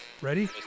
Ready